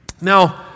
Now